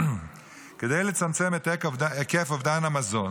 כדי לצמצם את היקף אובדן המזון